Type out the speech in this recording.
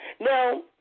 Now